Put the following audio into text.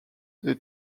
the